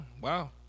wow